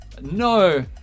No